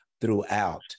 throughout